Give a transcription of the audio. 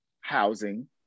housing